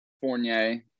Fournier